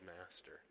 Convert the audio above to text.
master